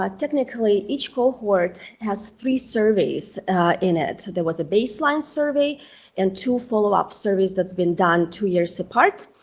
ah technically, each cohort has three surveys in it, there was a baseline survey and two follow-up surveys that's been done two years apart.